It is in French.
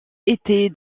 étaient